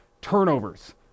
turnovers